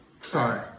Sorry